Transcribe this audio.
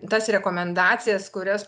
tas rekomendacijas kurias